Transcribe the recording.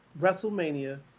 WrestleMania